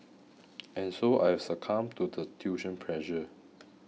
and so I have succumbed to the tuition pressure